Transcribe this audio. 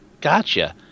Gotcha